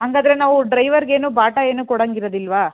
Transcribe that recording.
ಹಂಗಾದ್ರೆ ನಾವು ಡ್ರೈವರಿಗೆ ಏನು ಬಾಟಾ ಏನೂ ಕೊಡೋಂಗ್ ಇರೋದಿಲ್ವಾ